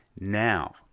Now